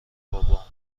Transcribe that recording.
بابا